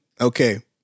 okay